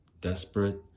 Desperate